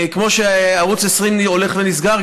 כמו שערוץ 20 הולך ונסגר,